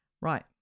Right